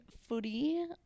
footy